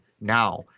now